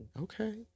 Okay